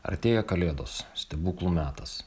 artėja kalėdos stebuklų metas